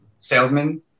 Salesman